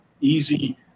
easy